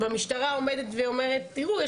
והמשטרה עומדת ואומרת תראו,